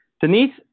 Denise